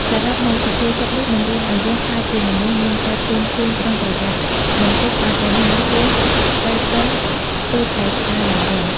សរុបមកសុភាសិតនេះបង្រៀនឲ្យយើងក្លាយជាមនុស្សមានការត្រៀមខ្លួនប្រុងប្រយ័ត្ន មិនទុកឱ្យបញ្ហាហួសទៅសិនទើបតែស្ដារឡើងវិញ។